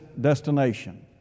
destination